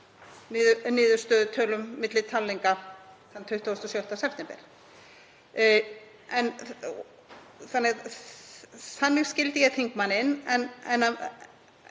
niðurstöðutölum milli talninga þann 26. september. Þannig skildi ég þingmanninn.